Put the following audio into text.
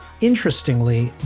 Interestingly